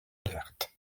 alerte